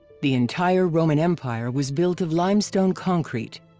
the entire roman empire was built of limestone concrete.